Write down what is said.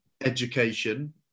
education